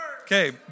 Okay